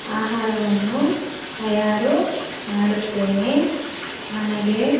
ಆಹಾರವನ್ನು ತಯಾರು ಮಾಡುತ್ತೇನೆ ನನಗೆ